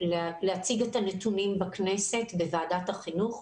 להציג את הנתונים בכנסת, בוועדת החינוך,